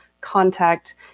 contact